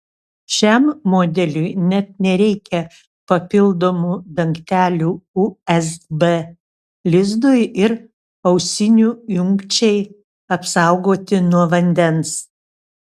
šiam modeliui net nereikia papildomų dangtelių usb lizdui ir ausinių jungčiai apsaugoti nuo vandens